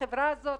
לחברה הזאת,